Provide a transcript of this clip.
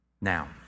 Now